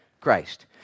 Christ